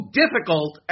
difficult